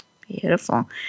Beautiful